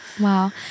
Wow